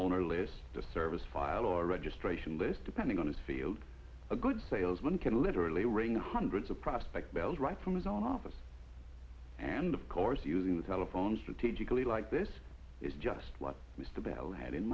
owner list the service file or registration list depending on his field a good salesman can literally ring hundreds of prospect bells right from his own office and of course using the telephone strategically like this is just what mr bell had in